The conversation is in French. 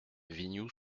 vignoux